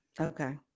Okay